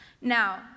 Now